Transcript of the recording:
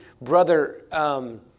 Brother